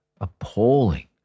appalling